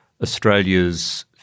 Australia's